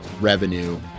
revenue